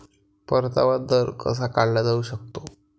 परतावा दर कसा काढला जाऊ शकतो?